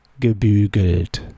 gebügelt